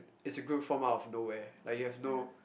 it's a group formed out of nowhere like you have no